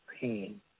pain